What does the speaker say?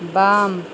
बाम